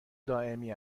دائمی